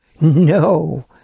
No